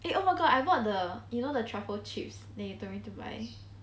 eh oh my god I bought the you know the truffle chips that you told me to buy